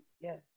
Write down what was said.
Yes